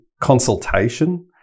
consultation